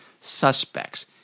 suspects